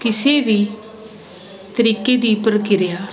ਕਿਸੇ ਵੀ ਤਰੀਕੇ ਦੀ ਪ੍ਰਕਿਰਿਆ